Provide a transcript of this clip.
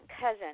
cousin